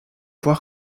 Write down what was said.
voir